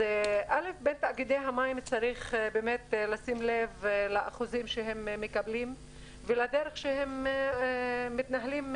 בתאגידי המים צריך לשים לב לאחוזים שהם מקבלים ולדרך בה הם מתנהלים.